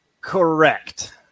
Correct